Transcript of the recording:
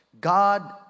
god